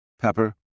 pepper